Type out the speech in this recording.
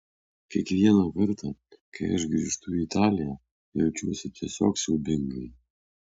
kiekvieną kartą kai aš grįžtu į italiją jaučiuosi tiesiog siaubingai